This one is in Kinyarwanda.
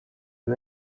iri